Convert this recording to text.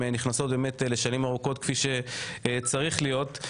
גננות נכנסות לשנים ארוכות כפי שצריך להיות,